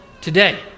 today